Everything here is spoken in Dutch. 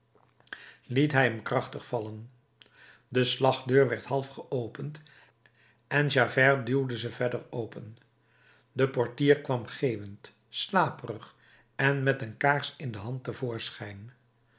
liet hij hem krachtig vallen de slagdeur werd half geopend en javert duwde ze verder open de portier kwam geeuwend slaperig en met een kaars in de hand